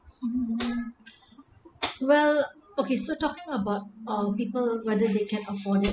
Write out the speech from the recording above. well okay so talking about uh people whether they can afford it